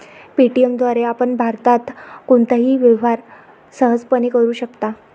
Paytm द्वारे आपण भारतात कोणताही व्यवहार सहजपणे करू शकता